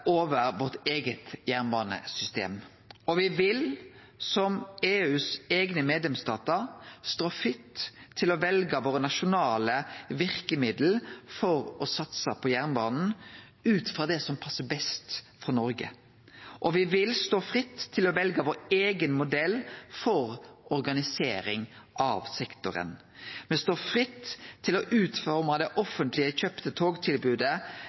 over vårt eige jernbanesystem, og me vil, som EUs eigne medlemsstatar, stå fritt til å velje våre nasjonale verkemiddel for å satse på jernbanen ut frå det som passar best for Noreg. Me vil òg stå fritt til å velje vår eigen modell for organisering av sektoren. Me står fritt til å utforme det offentlege kjøpte togtilbodet